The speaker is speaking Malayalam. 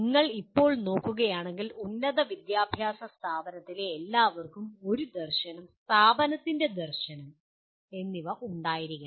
നിങ്ങൾ ഇപ്പോൾ നോക്കുകയാണെങ്കിൽ ഉന്നത വിദ്യാഭ്യാസ സ്ഥാപനത്തിലെ എല്ലാവർക്കും ഒരു ദർശനം സ്ഥാപനത്തിൻ്റെ ദർശനം എന്നിവ ഉണ്ടായിരിക്കണം